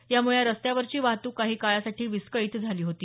यामुळे या रस्त्यावरची वाहतूक काही काळासाठी विस्कळीत झाली होती